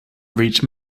reach